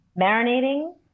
marinating